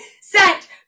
set